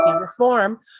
reform